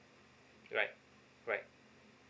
right right